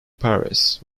paris